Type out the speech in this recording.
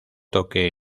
toque